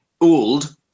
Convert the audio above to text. old